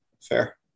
Fair